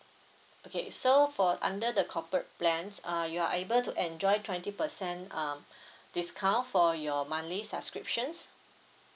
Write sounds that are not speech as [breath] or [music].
okay so for under the corporate plans uh you are able to enjoy twenty percent um [breath] discount for your monthly subscriptions